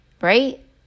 right